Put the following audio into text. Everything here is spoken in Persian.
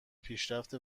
پیشرفت